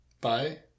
Bye